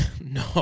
No